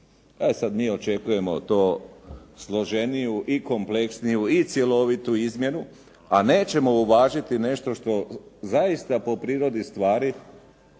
E sad, mi očekujemo to složeniju i kompleksniju i cjelovitu izmjenu, a nećemo uvažiti nešto što zaista po prirodi stvari